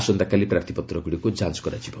ଆସନ୍ତାକାଲି ପ୍ରାର୍ଥୀପତ୍ରଗୁଡ଼ିକୁ ଯାଞ୍ଚ କରାଯିବ